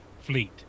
fleet